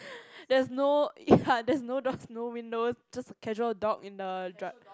there's no ya there's no doors no windows just a casual dog in the drive